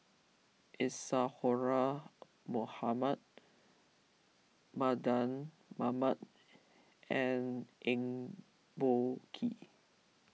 Isadhora Mohamed Mardan Mamat and Eng Boh Kee